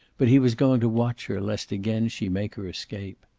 but he was going to watch her lest again she make her escape.